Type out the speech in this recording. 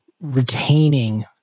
retaining